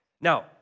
Now